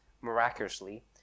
miraculously